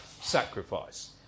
sacrifice